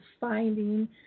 finding